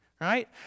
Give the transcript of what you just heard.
Right